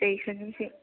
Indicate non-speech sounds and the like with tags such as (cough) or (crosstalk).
(unintelligible)